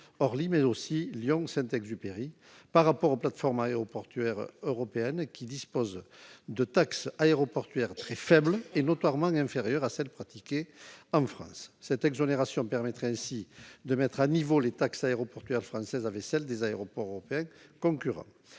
Orly, mais aussi Lyon-Saint-Exupéry, par rapport aux autres plateformes européennes, qui disposent de taxes aéroportuaires très faibles et notoirement inférieures à celles pratiquées en France. Cette exonération permettrait ainsi de mettre à niveau les taxes aéroportuaires françaises avec celles des aéroports européens concurrents.